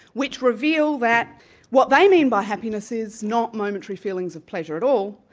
which reveal that what they mean by happiness is not momentary feelings of pleasure at all,